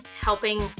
helping